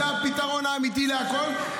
זה הפתרון האמיתי לכול,